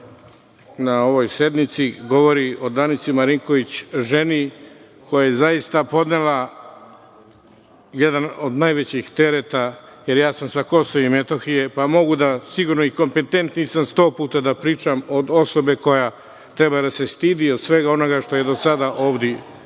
na ovoj sednici. Govori o Danici Marinković, ženi koja je zaista podnela jedan od najvećih tereta, jer sam sa Kosova i Metohije, pa mogu sigurno, i kompetentniji sam sto puta da pričam o osobi koja treba da se stidi od svega onoga što je do sada ovde